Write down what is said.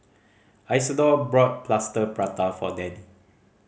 Isidor bought Plaster Prata for Dannie